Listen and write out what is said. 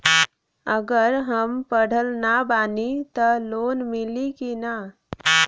अगर हम पढ़ल ना बानी त लोन मिली कि ना?